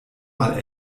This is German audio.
mal